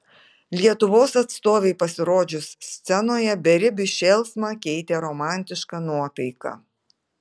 lietuvos atstovei pasirodžius scenoje beribį šėlsmą keitė romantiška nuotaika